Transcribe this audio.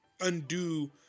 undo